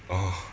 oh